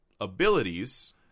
abilities